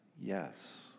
Yes